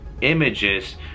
images